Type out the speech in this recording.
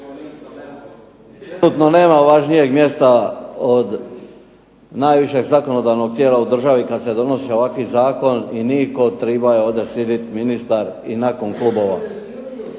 nema važnijeg mjesta od najvišeg zakonodavnog tijela u državi kad se donose ovakvi zakoni i Niko, trebao je ovdje sjedit ministar i nakon klubova.